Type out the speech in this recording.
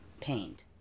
pained